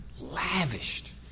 Lavished